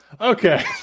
Okay